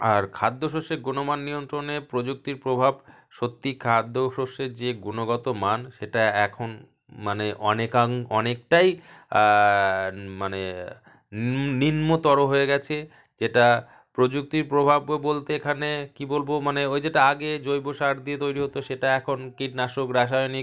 আর খাদ্য শস্যে গুণমান নিয়ন্ত্রণে প্রযুক্তির প্রভাব সত্যি খাদ্য শস্যের যে গুণগত মান সেটা এখন মানে অনেকাং মানে অনেকটাই মানে নিম্নতর হয়ে গেছে যেটা প্রযুক্তির প্রভাব বলতে এখানে কী বলবো মানে ওই যেটা আগে জৈব সার দিয়ে তৈরি হতো সেটা এখন কীটনাশক রাসায়নিক